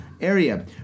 area